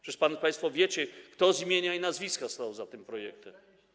Przecież państwo wiecie, kto - z imienia i nazwiska - stał za tym projektem.